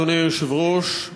אדוני היושב-ראש,